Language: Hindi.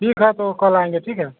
ठीक है तो कल आएंगे ठीक है